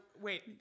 wait